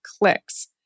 clicks